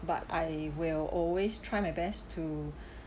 but I will always try my best to